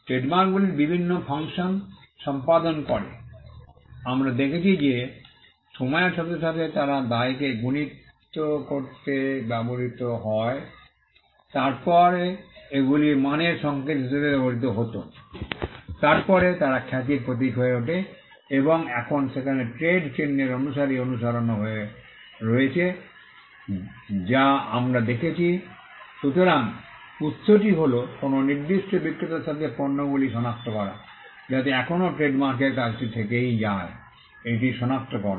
ট্রেডমার্কগুলি বিভিন্ন ফাংশন সম্পাদন করে আমরা দেখেছি যে সময়ের সাথে সাথে তারা দায়কে গুণিত করতে ব্যবহৃত হত তারপরে এগুলি মানের সংকেত হিসাবে ব্যবহৃত হত তারপরে তারা খ্যাতির প্রতীক হয়ে ওঠে এবং এখন সেখানে ট্রেড চিহ্নের অনুসারী অনুসরণও রয়েছে as আমরা দেখেছি সুতরাং উত্সটি হল কোনও নির্দিষ্ট বিক্রেতার সাথে পণ্যগুলি সনাক্ত করা যাতে এখনও ট্রেডমার্কের কাজটি থেকেই যায় এটির সনাক্তকরণ